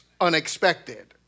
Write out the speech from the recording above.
unexpected